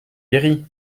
guéri